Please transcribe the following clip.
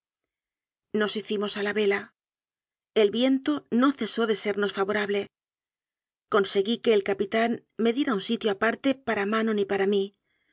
nos hicimos a la ve a l viento no cesó de ser nos favorable conseguí que el capitán me diera un sitio aparte para manon y para mí